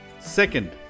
Second